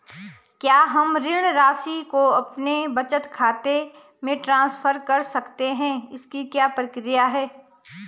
क्या हम ऋण राशि को अपने बचत खाते में ट्रांसफर कर सकते हैं इसकी क्या प्रक्रिया है?